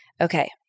Okay